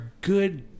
good